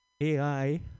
AI